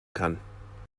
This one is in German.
kann